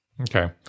Okay